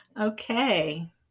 Okay